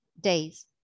days